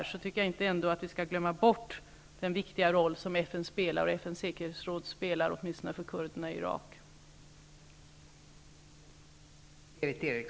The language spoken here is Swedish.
Men jag tycker ändå att vi inte skall glömma bort den viktiga roll som FN och dess säkerhetsråd spelar, åtminstone för kurderna i Irak.